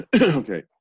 Okay